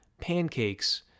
pancakes